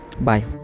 bye